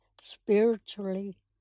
spiritually